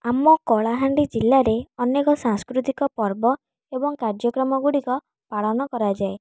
ଆମ କଳାହାଣ୍ଡି ଜିଲ୍ଲାରେ ଅନେକ ସାଂସ୍କୃତିକ ପର୍ବ ଏବଂ କାର୍ଯ୍ୟକ୍ରମ ଗୁଡ଼ିକ ପାଳନ କରାଯାଏ